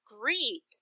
Greek